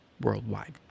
worldwide